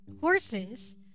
horses